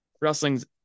wrestling's